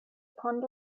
pond